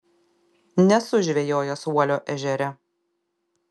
nesu žvejojęs uolio ežere